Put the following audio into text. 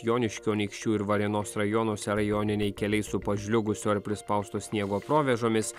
joniškio anykščių ir varėnos rajonuose rajoniniai keliai su pažliugusio ar prispausto sniego provėžomis